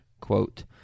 quote